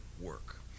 work